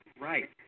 Right